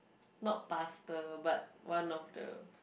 not pastor but one of the